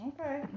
Okay